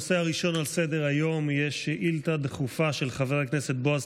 הנושא הראשון על סדר-היום יהיה שאילתה דחופה של חבר הכנסת בועז